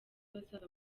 bazava